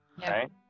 right